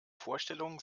vorstellung